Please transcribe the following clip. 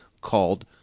called